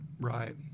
Right